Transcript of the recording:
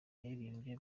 yaririmbye